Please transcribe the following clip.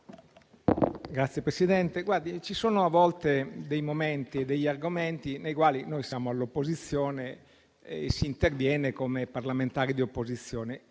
ci sono a volte dei momenti e degli argomenti nei quali noi siamo all'opposizione e si interviene come parlamentari di opposizione.